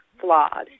flawed